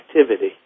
Activity